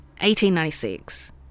1896